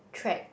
track